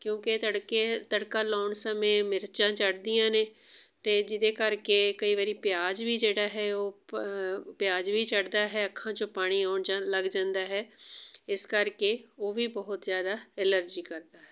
ਕਿਉਂਕਿ ਤੜਕੇ ਤੜਕਾ ਲਾਉਣ ਸਮੇਂ ਮਿਰਚਾਂ ਚੜ੍ਹਦੀਆਂ ਨੇ ਅਤੇ ਜਿਹਦੇ ਕਰਕੇ ਕਈ ਵਾਰੀ ਪਿਆਜ਼ ਵੀ ਜਿਹੜਾ ਹੈ ਉਹ ਪ ਪਿਆਜ਼ ਵੀ ਚੜ੍ਹਦਾ ਹੈ ਅੱਖਾਂ 'ਚੋਂ ਪਾਣੀ ਆਉਣ ਜਾਣ ਲੱਗ ਜਾਂਦਾ ਹੈ ਇਸ ਕਰਕੇ ਉਹ ਵੀ ਬਹੁਤ ਜ਼ਿਆਦਾ ਐਲਰਜੀ ਕਰਦਾ ਹੈ